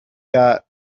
got